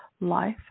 life